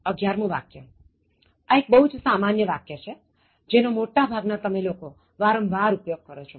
11 મું વાક્યઆ એક બહુ જ સામાન્ય વાક્ય છેજેનો મોટા ભાગ ના તમે લોકો વારંવાર ઉપયોગ કરો છો